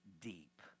deep